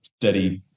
steady